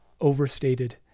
overstated